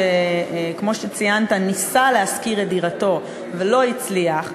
שכמו שציינת ניסה להשכיר את דירתו ולא הצליח,